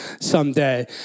someday